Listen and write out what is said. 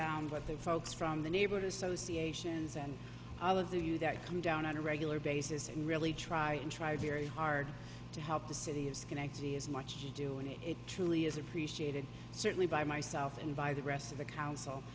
down but the folks from the neighborhood associations and all of the you that come down on a regular basis and really try try very hard to help the city of schenectady as much as you do and it truly is appreciated certainly by myself and by the rest of the council